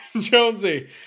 Jonesy